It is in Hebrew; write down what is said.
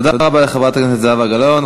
תודה רבה לחברת הכנסת זהבה גלאון.